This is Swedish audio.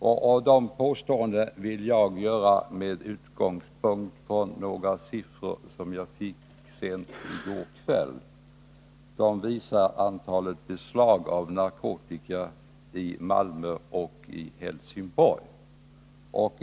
Dessa påståenden vill jag göra med utgångspunkt från några siffror som jag fick sent i går kväll. De gäller antalet beslag av narkotika i Malmö och Helsingborg.